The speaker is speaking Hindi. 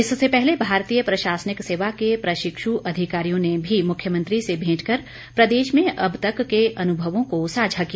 इससे पहले भारतीय प्रशासनिक सेवा के प्रशिक्षु अधिकारियों ने भी मुख्यमंत्री से भेंट कर प्रदेश में अब तक के अनुभवों को साझा किया